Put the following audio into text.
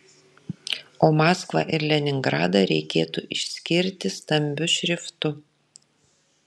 o maskvą ir leningradą reikėtų išskirti stambiu šriftu